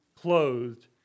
clothed